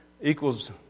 equals